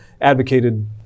advocated